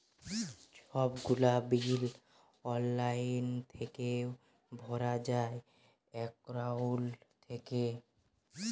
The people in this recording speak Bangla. ছব গুলা বিল অললাইল থ্যাইকে ভরা যায় একাউল্ট থ্যাইকে